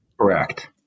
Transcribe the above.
Correct